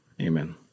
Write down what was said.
amen